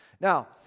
Now